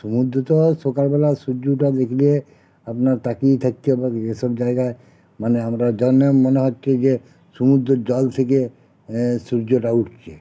সমুদ্র তো সকালবেলা সূর্য ওঠা দেখলে আপনার তাকিয়ে থাকতে হবে এই সব জায়গায় মানে আমরা জনে মনে হচ্ছে যে সমুদ্রের জল থেকে সূর্যটা উঠছে